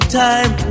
time